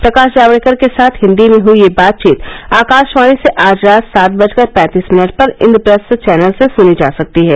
प्रकाश जावड़ेकर के साथ हिन्दी में हुई यह बातचीत आकाशवाणी से आज रात सात बजकर पैंतीस मिनट पर इन्द्रप्रस्थ चैनल से सुनी जा सकती है